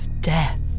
death